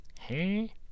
Hey